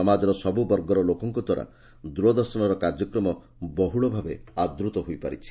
ସମାଜର ସବୁବର୍ଗର ଲୋକଙ୍କ ଦ୍ୱାରା ଦୂର୍ଦର୍ଶନର କାର୍ଯ୍ୟକ୍ରମ ବହୁଳ ଭାବେ ଆଦୃତ ହୋଇପାରିଛି